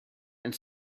and